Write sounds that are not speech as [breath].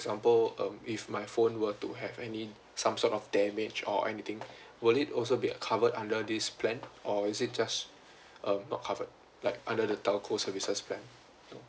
example um if my phone were to have any some sort of damage or anything [breath] will it also be covered under this plan or is it just [breath] um not covered like under the telco services plan